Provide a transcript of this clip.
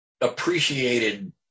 appreciated